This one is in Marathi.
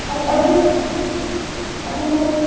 अज अजून अजून काही